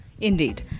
Indeed